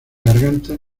garganta